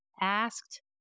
asked